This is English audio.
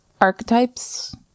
archetypes